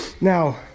Now